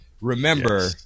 Remember